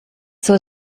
soll